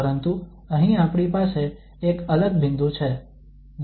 પરંતુ અહીં આપણી પાસે એક અલગ બિંદુ છે